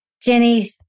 Jenny